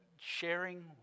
sharing